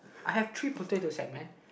I have three potato sack man